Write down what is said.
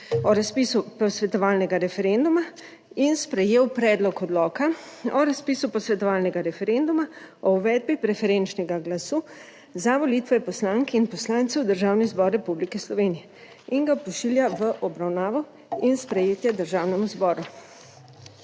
o razpisu posvetovalnega referenduma in sprejel predlog odloka o razpisu posvetovalnega referenduma o uvedbi preferenčnega glasu za volitve poslank in poslancev v Državni zbor Republike Slovenije in ga pošilja v obravnavo in sprejetje Državnemu zboru.